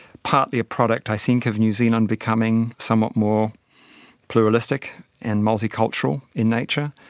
partly a product i think of new zealand becoming somewhat more pluralistic and multicultural in nature.